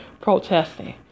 protesting